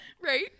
Right